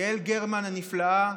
יעל גרמן הנפלאה,